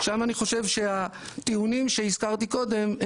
שם אני חושב שהטיעונים שהזכרתי קודם,